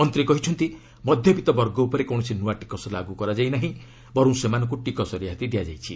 ମନ୍ତ୍ରୀ କହିଛନ୍ତି ମଧ୍ୟବିତ୍ତ ବର୍ଗ ଉପରେ କୌଣସି ନୂଆ ଟିକସ ଲାଗ୍ର କରାଯାଇନାହିଁ ବରଂ ସେମାନଙ୍କୁ ଟିକସ ରିହାତି ଦିଆଯାଇଛି